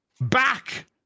back